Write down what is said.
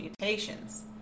mutations